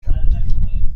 کرد